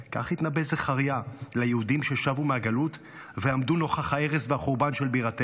כך התנבא זכריה ליהודים ששבו מהגלות ועמדו נוכח ההרס והחורבן של בירתנו: